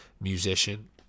musician